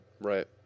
Right